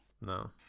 No